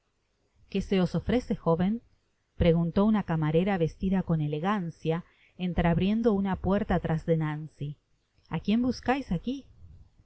qué se os ofrece joven preguntó una camarera vestida con elegancia enlreabriendo una puerta irás de nancy a quién buscais aqui